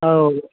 ও